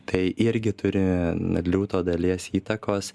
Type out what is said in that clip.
tai irgi turi na liūto dalies įtakos